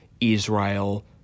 Israel